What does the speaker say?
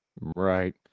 Right